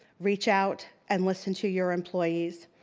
reach out, and listen to your employees.